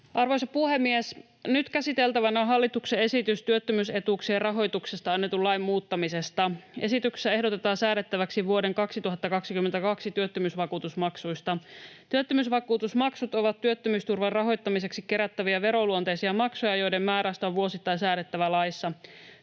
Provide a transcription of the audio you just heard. Arvoisa puhemies! Nyt käsiteltävänä on hallituksen esitys työttömyysetuuksien rahoituksesta annetun lain muuttamisesta. Esityksessä ehdotetaan säädettäväksi vuoden 2022 työttömyysvakuutusmaksuista. Työttömyysvakuutusmaksut ovat työttömyysturvan rahoittamiseksi kerättäviä veroluonteisia maksuja, joiden määrästä on vuosittain säädettävä laissa.